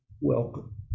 Welcome